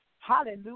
Hallelujah